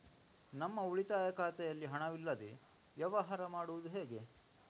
ನಮ್ಮ ಉಳಿತಾಯ ಖಾತೆಯಲ್ಲಿ ಹಣವಿಲ್ಲದೇ ವ್ಯವಹಾರ ಮಾಡುವುದು ಹೇಗೆ?